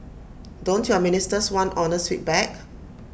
don't your ministers want honest feedback